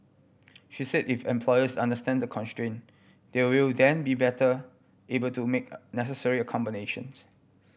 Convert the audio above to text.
she said if employers understand the constraint they will then be better able to make necessary accommodations